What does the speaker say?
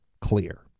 clear